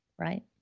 right